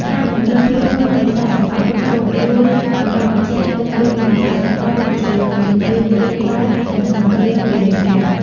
ការពង្រឹង "ភាពធន់នៃខ្សែសង្វាក់ផ្គត់ផ្គង់" ជួយឱ្យកម្ពុជាអាចទប់ទល់នឹងវិបត្តិសកល ដូចជាជំងឺរាតត្បាត ឬសង្គ្រាមពាណិជ្ជកម្ម។